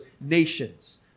nations